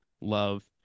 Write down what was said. love